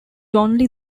only